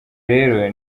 rero